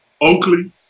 Oakley